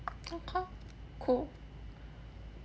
okay cool